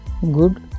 Good